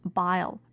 bile